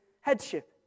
headship